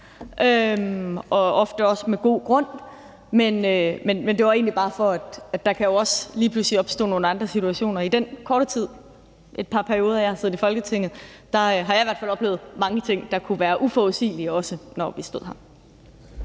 er ofte også med god grund. Men det var egentlig bare for at sige, at der jo også lige pludselig kan opstå nogle andre situationer. I den korte tid, et par perioder, jeg har siddet i Folketinget, har jeg i hvert fald oplevet mange ting, der kunne være uforudsigelige, også når vi stod her.